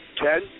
Ken